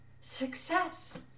success